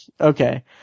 okay